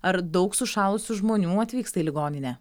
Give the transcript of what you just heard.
ar daug sušalusių žmonių atvyksta į ligoninę